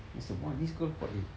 was like !wah! this girl hot eh